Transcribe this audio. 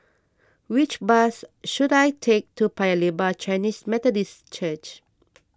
which bus should I take to Paya Lebar Chinese Methodist Church